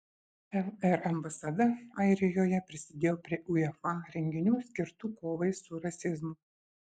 lr ambasada airijoje prisidėjo prie uefa renginių skirtų kovai su rasizmu